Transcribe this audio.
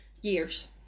years